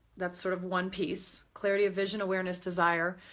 that's sort of one piece. clarity of vision, awareness, desire.